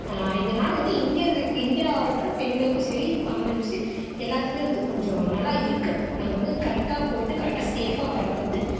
இதனால வந்து இந்தியர்கள் இந்தியா இருக்கிற பெண்களுக்கும் சரி ஆம்பளைகளுக்கும் சரி எல்லாத்துக்குமே வந்து கொஞ்சம் நல்லா இருக்குது நாங்கள் வந்து கரெக்டாக போய்ட்டு கரெக்டாக சேஃபாக வரதுக்கு வந்து